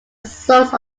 source